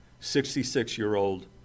66-year-old